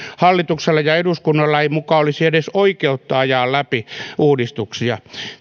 hallituksella ja eduskunnalla ei muka olisi edes oikeutta ajaa läpi uudistuksia